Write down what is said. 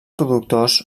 productors